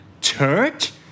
Church